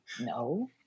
No